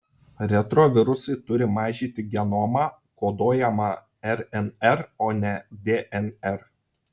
retrovirusai turi mažyti genomą koduojamą rnr o ne dnr